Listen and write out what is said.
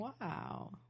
Wow